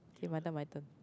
k my turn my turn